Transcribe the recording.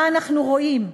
מה אנחנו רואים?